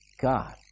God